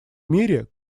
мире